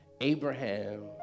Abraham